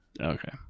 Okay